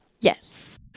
yes